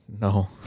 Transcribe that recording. No